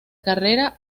carrera